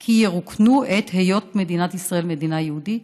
כי ירוקנו את היות מדינת ישראל מדינה יהודית?